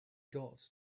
got